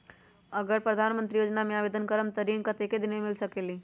अगर प्रधानमंत्री योजना में आवेदन करम त ऋण कतेक दिन मे मिल सकेली?